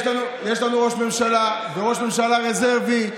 יש לנו ראש ממשלה וראש ממשלה רזרבי,